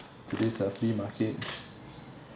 to this uh flea market